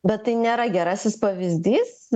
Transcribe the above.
bet tai nėra gerasis pavyzdys